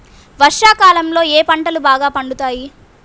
వర్షాకాలంలో ఏ పంటలు బాగా పండుతాయి?